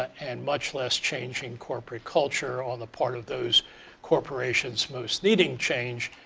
and much less changing corporate culture on the part of those corporations most needing change